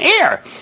air